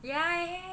ya ya ya ya ya ya